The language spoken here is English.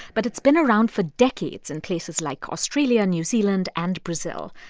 but it's been around for decades in places like australia, new zealand and brazil,